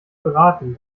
beraten